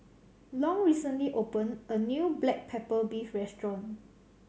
Long recently opened a new black pepper beef restaurant